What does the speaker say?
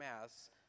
Mass—